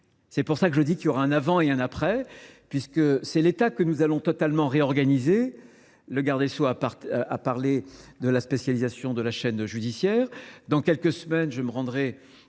C'est pour ça que je dis qu'il y aura un avant et un après, puisque c'est l'Etat que nous allons totalement réorganiser. Le garde des Sceaux a parlé de la spécialisation de la chaîne judiciaire. Dans quelques semaines, je me rendrai